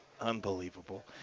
Unbelievable